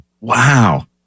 Wow